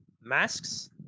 masks